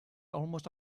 almost